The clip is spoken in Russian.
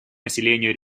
населению